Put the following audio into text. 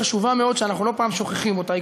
חשובה מאוד שלא פעם אנחנו שוכחים אותה.